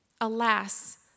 Alas